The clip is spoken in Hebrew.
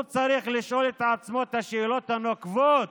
הוא צריך לשאול את עצמו את השאלות הנוקבות